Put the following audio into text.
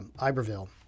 Iberville